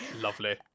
lovely